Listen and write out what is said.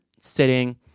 sitting